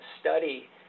study